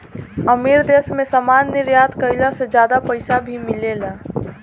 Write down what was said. अमीर देश मे सामान निर्यात कईला से ज्यादा पईसा भी मिलेला